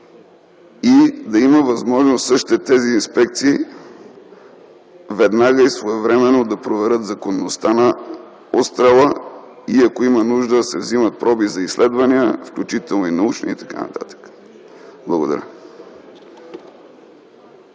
и да има възможност същите тези инспекции веднага и своевременно да проверят законността на отстрела и ако има нужда, да се вземат проби за изследвания, включително и научни и т.н. Благодаря.